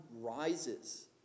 rises